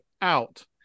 out